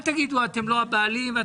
אל תגידו שאתם לא הבעלים.